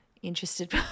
interested